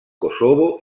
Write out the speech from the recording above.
kosovo